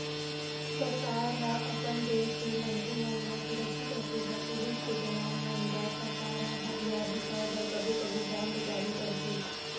सरकार ह अपन देस के मनखे मन ल सुरक्छित रखे बर पुलिस के जवान मन बर सरकार ह हथियार बिसाय बर कभू कभू बांड जारी करथे